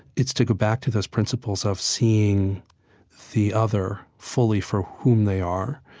it's to go back to those principles of seeing the other fully for whom they are.